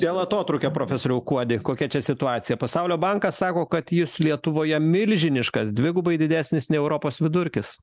dėl atotrūkio profesoriau kuodi kokia čia situacija pasaulio bankas sako kad jis lietuvoje milžiniškas dvigubai didesnis nei europos vidurkis